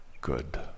good